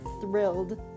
thrilled